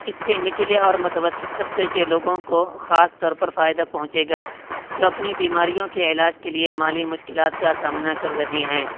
اس سے نچلے اور متوسط طبقے کے لوگوں کو خاص طور پر فائدہ پہنچے گا جو اپنی بیماریوں کے علاج کے لیے مالی مشکلات کا سامنا کر رہے ہیں